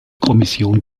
kommission